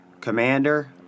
commander